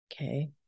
Okay